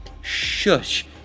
Shush